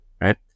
right